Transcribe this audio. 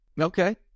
Okay